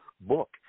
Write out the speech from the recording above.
book